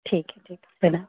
ठीक है ठीक है प्रणाम